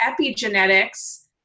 epigenetics